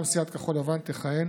מטעם סיעת כחול לבן תכהן